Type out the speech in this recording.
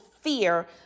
fear